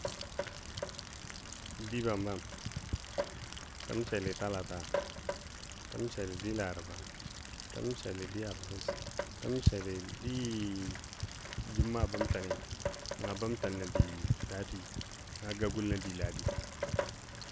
Di bambam təseli talata təseli di Laraba təmseli di alhamis juma'a bəmtəni nənga bəmtən nə di sati nənga ga gul nə di ladii